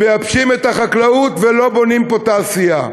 מייבשים את החקלאות ולא בונים פה תעשייה.